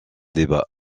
débat